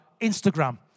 Instagram